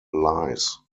lies